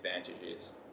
advantages